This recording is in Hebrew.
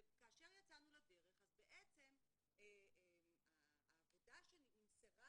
וכאשר יצאנו לדרך אז בעצם העבודה שנמסרה